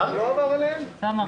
טובים.